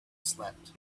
slept